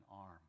arm